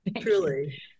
truly